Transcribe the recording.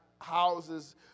houses